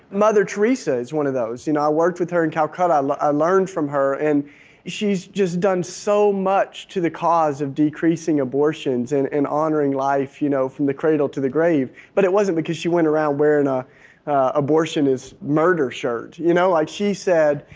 mother teresa is one of those. you know i worked with her in calcutta. and i learned from her and she's just done so much to the cause of decreasing abortions and and honoring life you know from the cradle to the grave. but it wasn't because she went around wearing a abortion is murder shirt. you know like she said,